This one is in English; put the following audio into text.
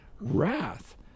wrath